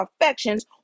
affections